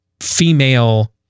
female